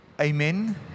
Amen